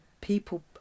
people